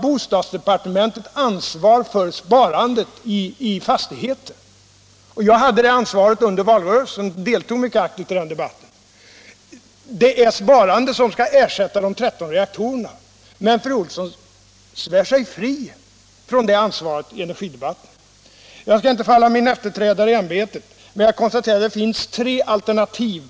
Bostadsdepartementet har ansvaret för energisparandet i fastigheter. Jag hade det ansvaret under valrörelsen och deltog mycket aktivt i debatten. Det är detta sparande som skall ersätta de 13 reaktorerna, men fru Olsson svär sig fri från det ansvaret i energidebatten. Jag skall inte falla min efterträdare i ämbetet, men jag vill konstatera att det finns tre alternativa svar.